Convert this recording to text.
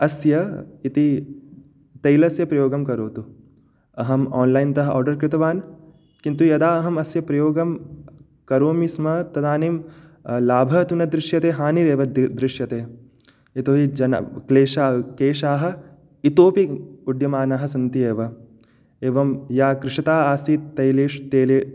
अस्य इति तैलस्य उपयोगं करोतु अहं आन्लैन् तः आर्डर् कृतवान् किन्तु यदा अहं अस्य प्रयोगं करोमि स्म तदानीं लाभः तु न दृश्यते हानिरेव दृ दृश्यते यतोहि जन क्लेशा केशाः इतोऽपि उढ्यमानाः सन्त्येव एवं या कृषता आसीत् तैलेष् तेले